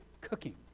cooking